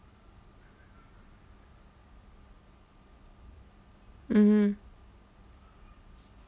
mmhmm